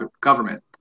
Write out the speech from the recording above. government